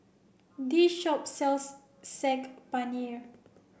this shop sells Saag Paneer